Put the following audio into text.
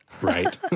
Right